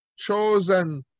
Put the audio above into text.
Chosen